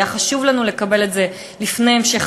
היה חשוב לנו לקבל את זה לפני המשך